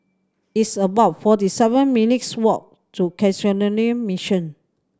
it's about forty seven minutes' walk to Canossian Mission